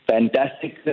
Fantastic